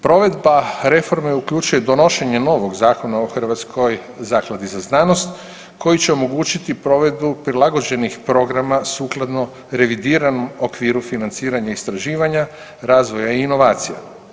Provedba reforme uključuje donošenje novog Zakona o Hrvatskoj zakladi za znanost koji će omogućiti provedbu prilagođenih programa sukladno revidiranom okviru financiranja istraživanja, razvoja i inovacija.